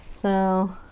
so.